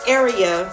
area